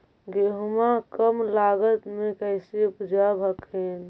गेहुमा कम लागत मे कैसे उपजाब हखिन?